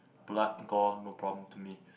blood gore no problem to me